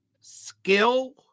skill